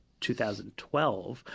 2012